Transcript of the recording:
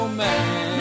man